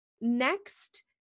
Next